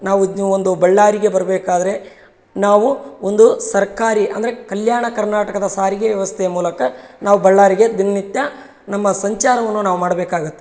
ನಾವ್ ಒಂದು ಬಳ್ಳಾರಿಗೆ ಬರಬೇಕಾದ್ರೆ ನಾವು ಒಂದು ಸರ್ಕಾರಿ ಅಂದರೆ ಕಲ್ಯಾಣ ಕರ್ನಾಟಕದ ಸಾರಿಗೆ ವ್ಯವಸ್ಥೆಯ ಮೂಲಕ ನಾವು ಬಳ್ಳಾರಿಗೆ ದಿನನಿತ್ಯ ನಮ್ಮ ಸಂಚಾರವನ್ನು ನಾವು ಮಾಡ್ಬೇಕಾಗತ್ತೆ